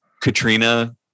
Katrina